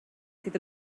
sydd